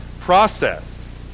process